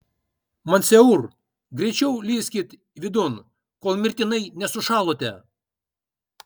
monsieur greičiau lįskit vidun kol mirtinai nesušalote